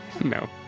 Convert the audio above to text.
No